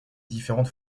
différente